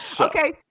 Okay